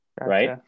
Right